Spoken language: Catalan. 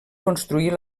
construir